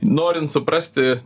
norint suprasti